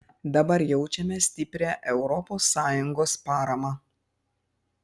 dabar jaučiame stiprią europos sąjungos paramą